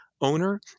owner